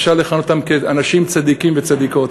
אפשר לכנות אותם אנשים צדיקים וצדיקות,